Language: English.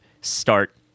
start